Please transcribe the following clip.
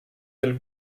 del